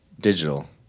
digital